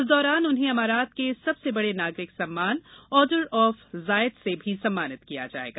इस दौरान उन्हें अमारात के सबसे बड़े नागरिक सम्मान आर्डर आफ जायेद से भी सम्मानित किया जाएगा